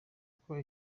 uko